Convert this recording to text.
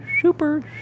super